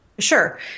Sure